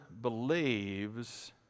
believes